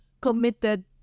committed